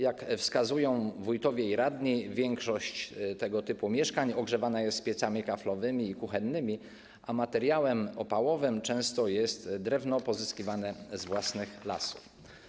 Jak wskazują wójtowie i radni, większość tego typu mieszkań ogrzewana jest piecami kaflowymi i kuchennymi, a materiałem opałowym często jest drewno pozyskiwane z własnych lasów.